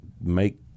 make